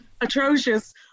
atrocious